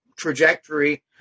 trajectory